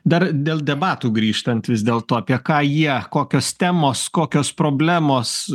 dar dėl debatų grįžtant vis dėlto apie ką jie kokios temos kokios problemos